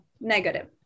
negative